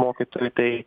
mokytojų tai